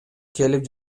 келип